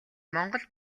монгол